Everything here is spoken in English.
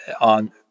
on